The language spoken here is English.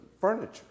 furniture